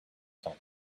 time